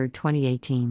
2018